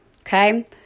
okay